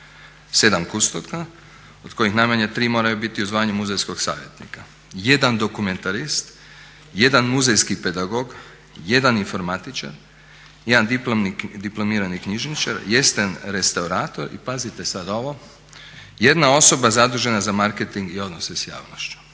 sedam kustosa, od kojih najmanje tri moraju biti u zvanju muzejskog savjetnika, jedan dokumentarist, jedan muzejski pedagog, jedan informatičar, jedan diplomirani knjižničar, jedan restaurator i pazite sad ovo jedna osoba zadužena za marketing i odnose s javnošću.